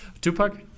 Tupac